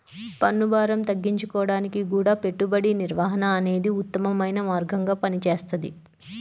పన్నుభారం తగ్గించుకోడానికి గూడా పెట్టుబడి నిర్వహణ అనేదే ఉత్తమమైన మార్గంగా పనిచేస్తది